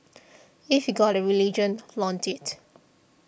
if you've got a religion flaunt it